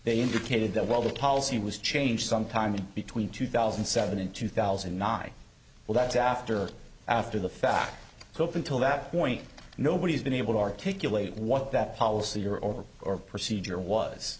they indicated that well the policy was changed sometime between two thousand and seven and two thousand and nine well that's after after the fact cope until that point nobody has been able to articulate what that policy or or or procedure was